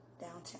downtown